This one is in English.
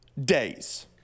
days